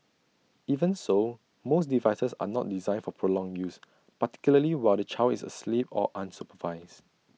even so most devices are not designed for prolonged use particularly while the child is asleep or unsupervised